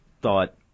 thought